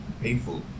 painful